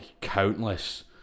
countless